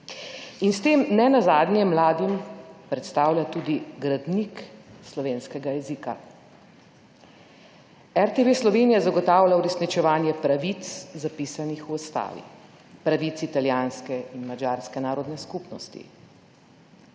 In s tem nenazadnje mladim predstavlja tudi gradnik slovenskega jezika. RTV Slovenija zagotavlja uresničevanje pravic zapisanih v ustavi, pravic italijanske in madžarske narodne skupnosti.